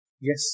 Yes